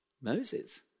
Moses